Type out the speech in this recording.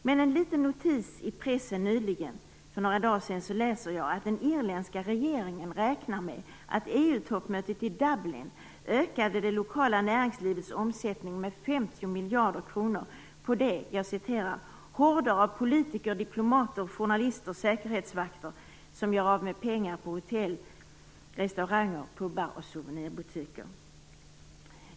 Men i en liten notis i pressen för några dagar sedan läser jag att den irländska regeringen räknar med att EU-toppmötet i Dublin ökade det lokala näringslivets omsättning med 50 miljarder kronor, på de "horder av politiker, diplomater, journalister, säkerhetsvakter som gör av med pengar på hotell, restauranger, pubar och souvenirbutiker".